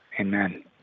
Amen